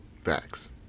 Facts